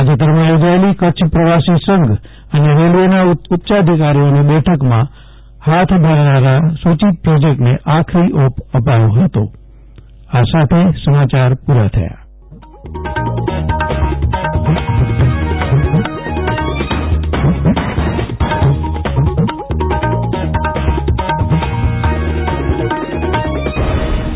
તાજેતરમાં યોજાયેલી કચ્છ પ્રવાસી સંઘ અને રેલવેના ઉચ્યાધિકારીઓની બેઠકમાં હાથ ધરાનારા સુચીત પ્રોજેકટને આખરી ઓપ અપાયો હતો જયદિપ વૈષ્ણવ